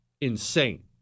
Insane